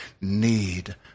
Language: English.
need